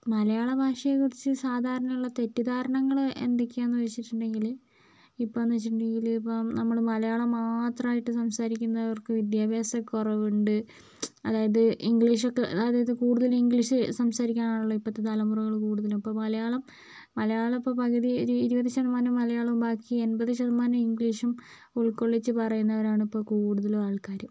മലയാള ഭാഷയെക്കുറിച്ച് സാധാരണയുള്ള തെറ്റിദ്ധാരണങ്ങൾ എന്തൊക്കെയാണെന്ന് വച്ചിട്ടുണ്ടെങ്കിൽ ഇപ്പോഴെന്ന് വച്ചിട്ടുണ്ടെങ്കിൽ ഇപ്പം നമ്മൾ മലയാളം മാത്രമായിട്ട് സംസാരിക്കുന്നവർക്ക് വിദ്യാഭ്യാസക്കുറവുണ്ട് അതായത് ഇംഗ്ലീഷൊക്കെ അതായത് കൂടുതൽ ഇംഗ്ലീഷ് സംസാരിക്കാനാണല്ലോ ഇപ്പോഴത്തെ തലമുറകൾ കൂടുതലും ഇപ്പം മലയാളം മലയാളം ഇപ്പോൾ പകുതി ഒരു ഇരുപത് ശതമാനം മലയാളവും ബാക്കി എൺപതു ശതമാനം ഇംഗ്ലീഷും ഉൾക്കൊള്ളിച്ചു പറയുന്നവരാണ് ഇപ്പോൾ കൂടുതലും ആൾക്കാർ